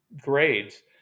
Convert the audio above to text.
grades